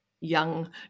young